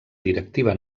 directiva